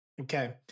Okay